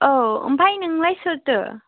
औ ओमफ्राय नोंलाय सोरथो